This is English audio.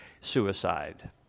suicide